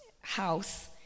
house